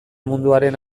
munduaren